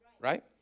right